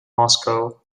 moscow